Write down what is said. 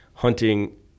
hunting